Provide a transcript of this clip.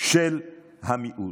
של המיעוט.